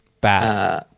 bad